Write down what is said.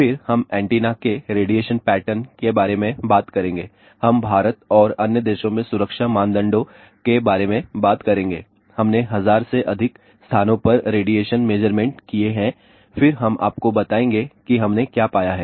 फिर हम एंटीना के रेडिएशन पैटर्न के बारे में बात करेंगे हम भारत और अन्य देशों में सुरक्षा मानदंडों के बारे में बात करेंगे हमने हजार से अधिक स्थानों पर रेडिएशन मेजरमेंट किए हैं फिर हम आपको बताएंगे कि हमने क्या पाया है